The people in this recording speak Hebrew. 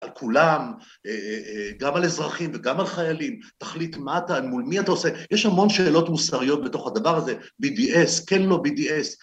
על כולם, אה.. אה.. אה.. גם על אזרחים וגם על חיילים, תחליט מה אתה, מול מי אתה עושה, יש המון שאלות מוסריות בתוך הדבר הזה, BDS, כן לא BDS